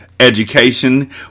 education